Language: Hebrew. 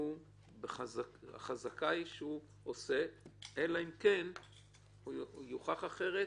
חזקה היא שהוא עוסק אלא אם יוכח אחרת,